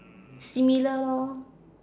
similar lor